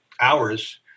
hours